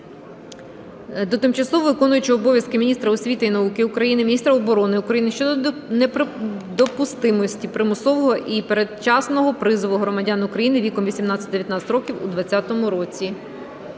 до тимчасово виконуючого обов'язки міністра освіти і науки України, міністра оборони України щодо недопустимості примусового і передчасного призову громадян України віком 18-19 років у 2020 році.